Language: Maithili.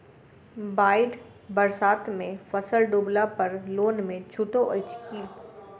बाढ़ि बरसातमे फसल डुबला पर लोनमे छुटो अछि की